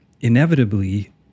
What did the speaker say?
inevitably